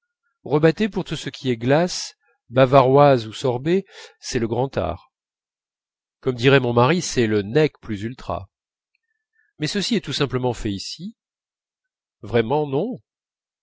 rebattet pour tout ce qui est glace bavaroise ou sorbet c'est le grand art comme dirait mon mari le nec plus ultra mais ceci est tout simplement fait ici vraiment non